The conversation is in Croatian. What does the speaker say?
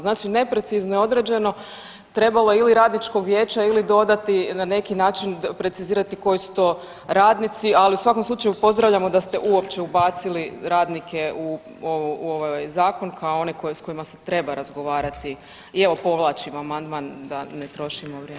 Znači neprecizno je određeno, trebalo je ili radničko vijeće ili dodati na neki način precizirati koji su to radnici, ali u svakom slučaju pozdravljamo da se uopće ubacili radnike u ovaj zakon kao one s kojima se treba razgovarati i evo povlačim amandman da ne trošimo vrijeme.